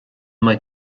mbeidh